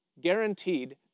guaranteed